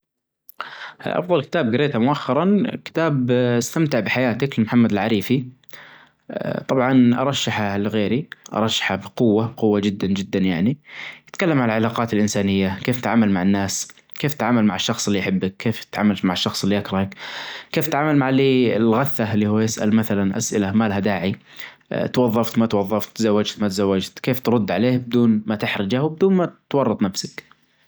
افضل كتاب قريته مؤخرا كتاب استمتع بحياتك لمحمد العريفي طبعا ارشحه لغيري ارشحه بقوة قوة جدا جدا يعني. يتكلم عن العلاقات الانسانية كيف تتعامل مع الناس? كيف تتعامل مع الشخص اللي يحبك? كيف تتعاملت مع الشخص اللي يكرهك? كيف تعامل مع اللي الغثة اللي هو يسأل اسئلة ما لها داعي توظفت ما توظفت تزوجت ما تزوجت كيف ترد عليه بدون ما تحرجه وبدون ما تورط نفسك.